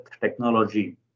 technology